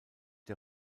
der